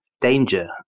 danger